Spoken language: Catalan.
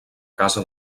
casa